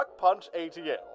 rockpunchatl